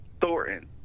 Thornton